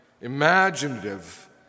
imaginative